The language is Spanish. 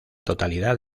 totalidad